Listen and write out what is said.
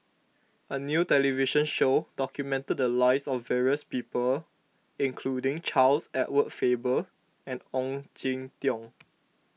a new television show documented the lives of various people including Charles Edward Faber and Ong Jin Teong